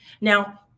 Now